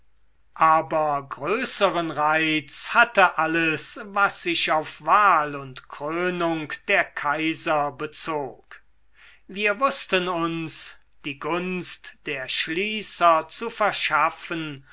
aber größeren reiz hatte alles was sich auf wahl und krönung der kaiser bezog wir wußten uns die gunst der schließer zu verschaffen